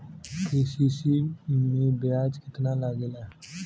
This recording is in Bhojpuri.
के.सी.सी में ब्याज कितना लागेला?